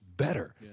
better